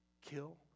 kill